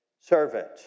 servant